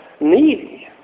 needy